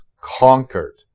conquered